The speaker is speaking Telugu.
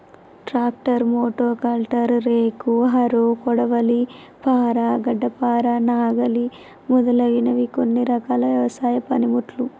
tractor, motocultor, rake, harrow, కొడవలి, పార, గడ్డపార, నాగలి మొదలగునవి కొన్ని రకాల వ్యవసాయ పనిముట్లు